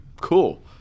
cool